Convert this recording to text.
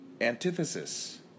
antithesis